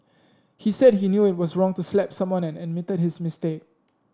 he said he knew it was wrong to slap someone and admitted his mistake